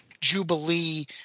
Jubilee